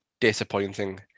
disappointing